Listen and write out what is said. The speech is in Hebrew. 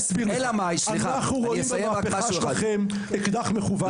אנחנו רואים את המהפכה שלכם כאקדח שמכוון לרקה.